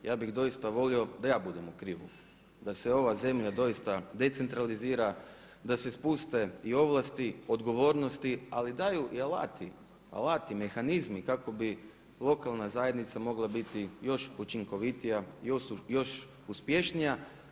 Ja bih doista volio da ja budem u krivu, da se ova zemlja doista decentralizira, da se spuste i ovlasti, odgovornosti, ali daju i alati, mehanizmi kako bi lokalna zajednica mogla biti još učinkovitija, još uspješnija.